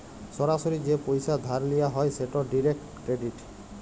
সরাসরি যে পইসা ধার লিয়া হ্যয় সেট ডিরেক্ট ক্রেডিট